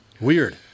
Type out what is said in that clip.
Weird